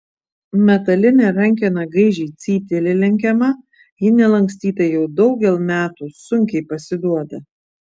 metalinė rankena gaižiai cypteli lenkiama ji nelankstyta jau daugel metų sunkiai pasiduoda